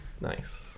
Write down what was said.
nice